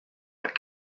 not